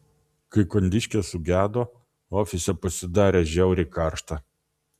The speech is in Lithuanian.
kai kondiškė sugedo ofise pasidarė žiauriai karšta